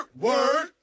word